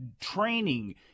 training